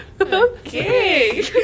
Okay